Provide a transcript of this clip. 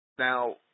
Now